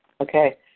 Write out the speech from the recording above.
Okay